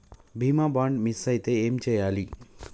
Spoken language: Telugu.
బీమా బాండ్ మిస్ అయితే ఏం చేయాలి?